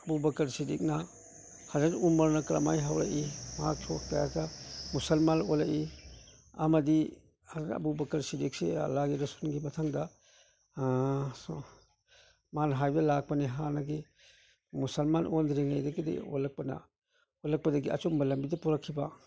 ꯑꯕꯨꯕꯀꯔꯁꯤꯗꯤꯛꯅ ꯍꯥꯖꯗ ꯎꯃꯔꯅ ꯀꯔꯝ ꯍꯥꯏꯅ ꯍꯧꯔꯛꯏ ꯃꯍꯥꯛ ꯁꯣꯛ ꯀꯌꯥꯗ ꯃꯨꯁꯜꯃꯥꯜ ꯑꯣꯜꯂꯛꯏ ꯑꯃꯗꯤ ꯍꯖꯔꯠ ꯑꯕꯨꯕꯀꯔꯁꯤꯗꯤꯛꯁꯤ ꯂꯥꯒꯤ ꯔꯨꯁꯨꯜꯒꯤ ꯃꯊꯪꯗ ꯃꯥꯅ ꯍꯥꯏꯕꯗ ꯂꯥꯛꯄꯅꯤ ꯍꯥꯟꯅꯒꯤ ꯃꯨꯁꯜꯃꯥꯟ ꯑꯣꯟꯗ꯭ꯔꯤꯉꯩꯗꯒꯤꯗꯤ ꯑꯣꯜꯂꯛꯄꯅ ꯑꯣꯜꯂꯛꯄꯗꯒꯤ ꯑꯆꯨꯝꯕ ꯂꯝꯕꯤꯗ ꯄꯨꯔꯛꯈꯤꯕ